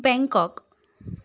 Bangkok